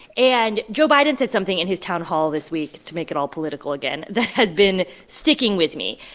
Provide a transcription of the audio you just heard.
and joe biden said something in his town hall this week, to make it all political again, that has been sticking with me.